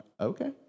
okay